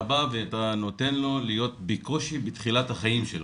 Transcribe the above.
אתה בא ונותן לו להיות בקושי בתחילת החיים שלו.